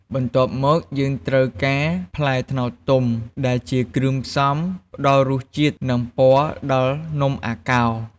បន្ទាប់មក យើងត្រូវការ ផ្លែត្នោតទុំ ដែលជាគ្រឿងផ្សំផ្ដល់រសជាតិ និងពណ៌ដល់នំអាកោរ។